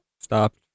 stopped